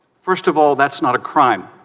first of all that's not a crime